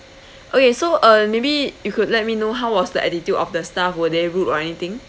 okay so um maybe you could let me know how was the attitude of the staff were they rude or anything